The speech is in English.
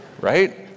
right